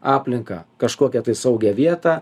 aplinką kažkokią tai saugią vietą